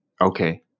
Okay